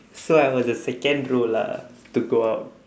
so I was the second row lah to go out